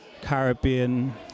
Caribbean